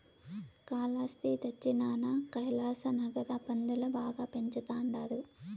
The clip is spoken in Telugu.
కాలాస్త్రి దచ్చినాన కైలాసనగర్ ల పందులు బాగా పెంచతండారు